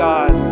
God